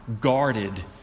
guarded